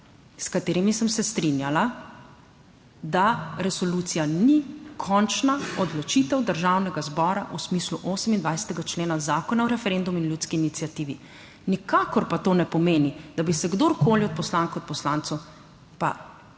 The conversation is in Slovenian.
s katerimi sem se strinjala, da resolucija ni končna odločitev Državnega zbora v smislu 28. člena Zakona o referendumu in ljudski iniciativi. Nikakor pa to ne pomeni, da bi se kdorkoli od poslank in poslancev pa